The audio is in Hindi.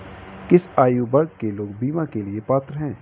किस आयु वर्ग के लोग बीमा के लिए पात्र हैं?